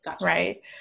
right